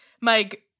Mike